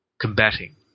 combating